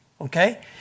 Okay